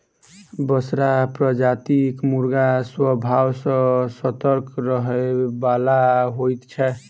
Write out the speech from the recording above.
बसरा प्रजातिक मुर्गा स्वभाव सॅ सतर्क रहयबला होइत छै